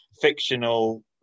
fictional